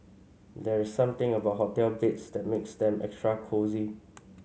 there's something about hotel beds that makes them extra cosy